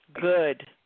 good